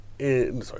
sorry